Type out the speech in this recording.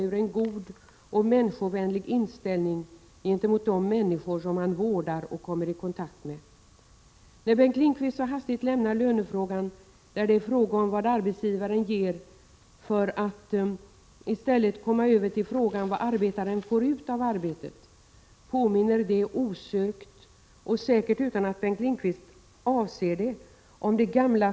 Bland dessa finns ett trettiotal projekt som direkt syftar till att förbättra utbildningsoch fortbildningssituationen. Inslag av fortbildning, organisationsutveckling och arbetsmiljöför bättrande åtgärder finns i de flesta av de projekten.